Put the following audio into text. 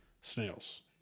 Snails